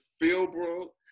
Philbrook